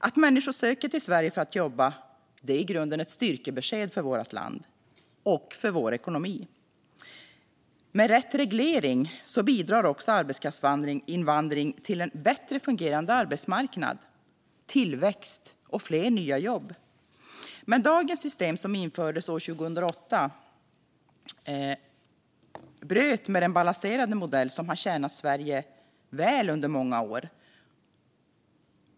Att människor söker sig till Sverige för att jobba här är i grunden ett styrkebesked för vårt land och för vår ekonomi. Med rätt reglering bidrar arbetskraftsinvandring till en bättre fungerande arbetsmarknad, tillväxt och fler nya jobb. Dagens system, som infördes år 2008, bröt dock med den balanserade modell som hade tjänat Sverige väl under många år.